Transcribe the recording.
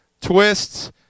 Twists